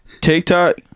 TikTok